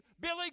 Billy